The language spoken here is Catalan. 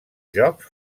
jocs